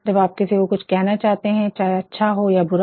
जब आप किसी को कुछ कहना चाहते है चाहे अच्छा या बुरा